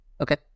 Okay